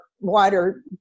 wider